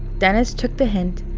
dennis took the hint,